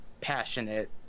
passionate